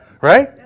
Right